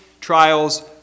Trials